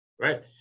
right